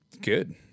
good